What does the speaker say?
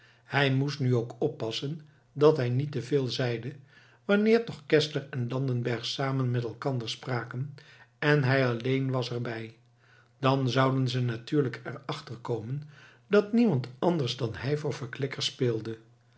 hij moest nu ook oppassen dat hij niet te veel zeide wanneer toch geszler en landenberg samen met elkander spraken en hij alleen was er bij dan zouden ze natuurlijk er achter komen dat niemand anders dan hij voor verklikker speelde